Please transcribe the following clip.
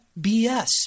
BS